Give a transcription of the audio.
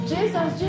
Jesus